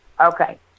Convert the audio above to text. Okay